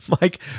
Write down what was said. Mike